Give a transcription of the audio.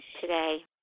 today